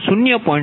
તેથી j 0